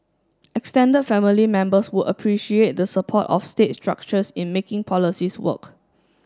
extended family members would appreciate the support of state structures in making policies work